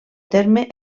terme